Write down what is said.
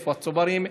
איפה הצוברים,